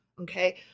Okay